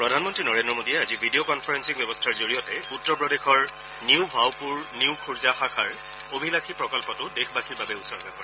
প্ৰধানমন্ত্ৰী নৰেন্দ্ৰ মোদীয়ে আজি ভিডিঅ কনফাৰেন্সিং ব্যৱস্থাৰ জৰিয়তে উত্তৰ প্ৰদেশৰ নিউ ভাউপুৰ নিউ খুৰজা শাখাৰ অভিলাষী প্ৰকল্পটো দেশবাসীৰ বাবে উচৰ্গা কৰে